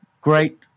great